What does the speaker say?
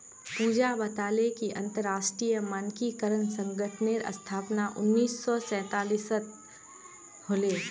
पूजा बताले कि अंतरराष्ट्रीय मानकीकरण संगठनेर स्थापना उन्नीस सौ सैतालीसत होले